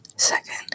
Second